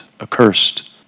accursed